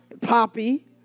Poppy